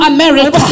America